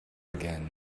again